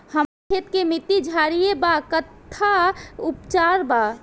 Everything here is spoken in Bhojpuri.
हमर खेत के मिट्टी क्षारीय बा कट्ठा उपचार बा?